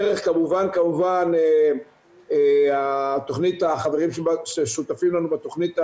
דרך כמובן החברים ששותפים לנו בתוכנית הלאומית,